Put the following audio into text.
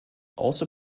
must